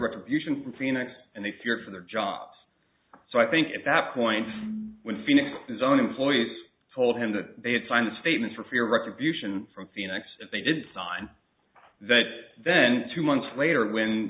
retribution for phoenix and they fear for their jobs so i think at that point with his own employees told him that they had signed statements for fear of retribution from phoenix if they didn't sign that then two months later when